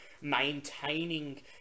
maintaining